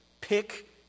Pick